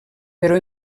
però